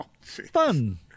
Fun